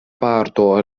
parto